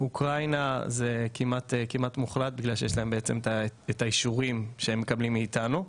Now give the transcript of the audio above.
מאוקראינה זה כמעט מוחלט בגלל שיש להם את האישורים שהם מקבלים מאתנו.